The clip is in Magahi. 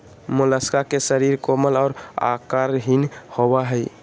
मोलस्का के शरीर कोमल और आकारहीन होबय हइ